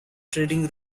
trading